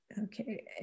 Okay